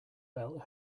belt